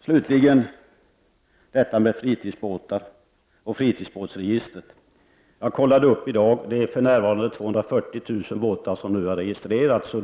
Slutligen fritidsbåtar och fritidsbåtsregister. För närvarande har 240 000 båtar registrerats. Jag kontrollerade uppgiften i dag.